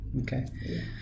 Okay